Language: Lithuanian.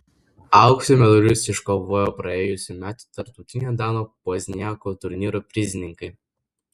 aukso medalius iškovojo praėjusių metų tarptautinio dano pozniako turnyro prizininkai